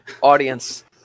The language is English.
audience